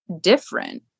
different